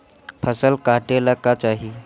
फसल काटेला का चाही?